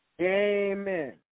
Amen